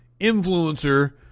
influencer